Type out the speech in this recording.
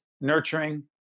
Nurturing